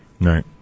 Right